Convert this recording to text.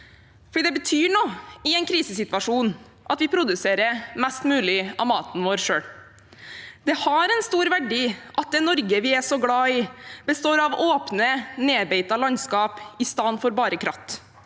Det betyr noe i en krisesituasjon at vi produserer mest mulig av maten vår selv. Det har en stor verdi at det Norge vi er så glad i, består av åpne, nedbeitede landskap i stedet for bare kratt,